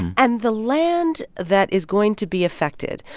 and the land that is going to be affected,